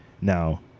now